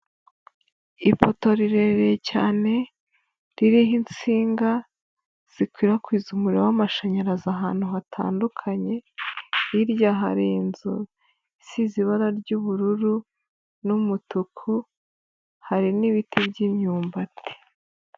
Ipoto rirerire cyane, ririho insinga zikwirakwiza umuriro w'amashanyarazi ahantu hatandukanye, hirya hari inzu, isize ibara ry'ubururu n'umutuku, hari n'ibiti by'imyumbati.